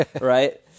right